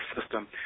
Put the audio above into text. system